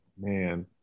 Man